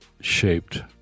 shaped